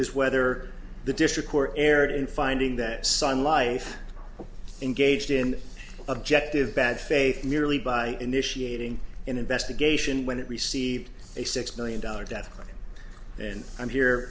is whether the district court erred in finding that sun life engaged in objective bad faith merely by initiating an investigation when it received a six million dollar death and i'm here